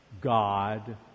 God